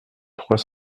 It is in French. trois